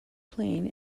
playing